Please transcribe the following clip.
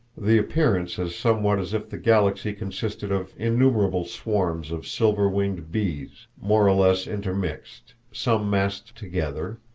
the appearance is somewhat as if the galaxy consisted of innumerable swarms of silver-winged bees, more or less intermixed, some massed together,